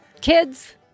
Kids